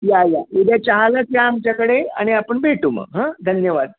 या या उद्या चहालाच या आमच्याकडे आणि आपण भेटू मग हं धन्यवाद